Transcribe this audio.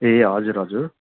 ए हजुर हजुर